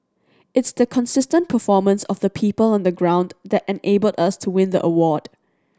it's the consistent performance of the people on the ground that enabled us to win the award